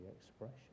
expression